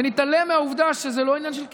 ונתעלם מהעובדה שזה לא עניין של כסף,